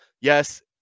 Yes